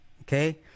Okay